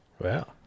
Wow